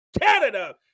Canada